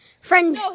friend